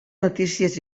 notícies